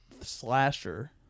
Slasher